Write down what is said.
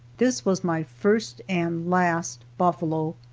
this was my first and last buffalo,